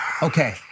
Okay